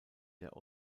der